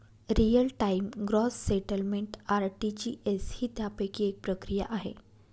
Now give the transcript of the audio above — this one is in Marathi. real time gross settlement RTGS ही त्यापैकी एक प्रक्रिया आहे